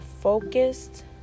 focused